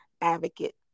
advocate